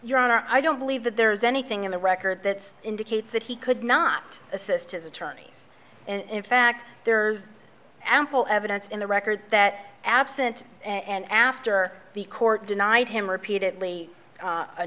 your honor i don't believe that there's anything in the record that indicates that he could not assist his attorneys and in fact there's ample evidence in the record that absent and after the court denied him repeatedly